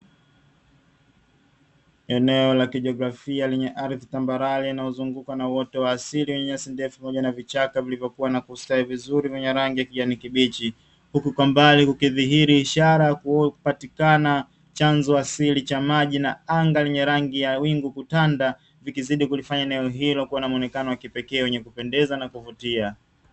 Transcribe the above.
Eneo la kijiografia lenye ardhi tambarare linalo zunguka na uoto wa asili wenye nyasi ndefu pamoja na vichaka vilivyokuwa na kustawi vizuri vyenye rangi kijani kibichi, huku kwa mbali kukidhihiri ishara ya kupatikana chanzo asili cha maji na anga lenye rangi ya wingu kutanda vikizidi kulifanya eneo hilo kuwa na muonekano wa kipekee wenye kupendeza na kuvutia.